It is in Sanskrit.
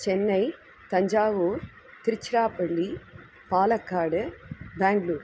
चेन्नै तञ्जावूर् तिर्चिरापळ्ळि पालक्काड् ब्याङ्ग्लूर्